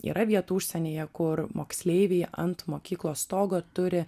yra vietų užsienyje kur moksleiviai ant mokyklos stogo turi